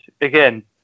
again